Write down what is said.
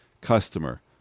customer